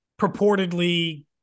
purportedly